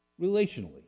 relationally